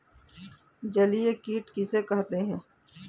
जलीय कीट किसे कहते हैं?